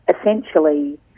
essentially